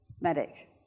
medic